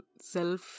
self